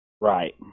Right